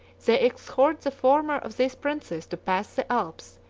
they exhort the former of these princes to pass the alps,